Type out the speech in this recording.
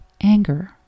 anger